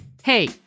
Hey